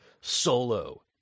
Solo